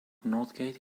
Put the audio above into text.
northgate